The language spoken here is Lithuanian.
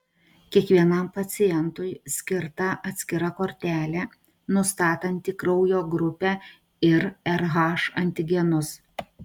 kiekvienam pacientui skirta atskira kortelė nustatanti kraujo grupę ir rh antigenus